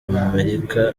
amerika